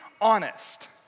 honest